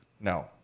No